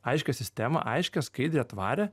aiškią sistemą aiškią skaidrią tvarią